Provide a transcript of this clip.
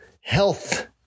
health